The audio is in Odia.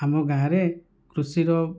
ଆମ ଗାଁରେ କୃଷିର